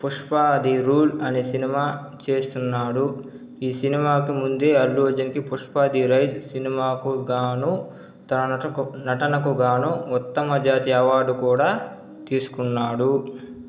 Pushpa the rule అనే cinema చేస్తున్నాడు ఈ సినిమాకి ముందే అల్లు అర్జున్కి పుష్ప ది రైజ్ సినిమాకు గాను తన నట నటనకు గాను ఉత్తమ జాతీయ అవార్డు కూడా తీసుకున్నాడు